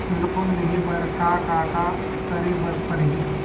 Loan लेहे बर का का का करे बर परहि?